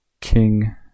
king